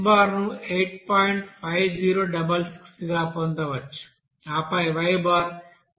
5066 గా పొందవచ్చు ఆపై y బార్ 4